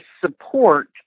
support